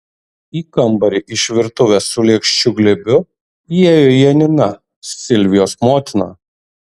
į kambarį iš virtuvės su lėkščių glėbiu įėjo janina silvijos motina